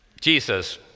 Jesus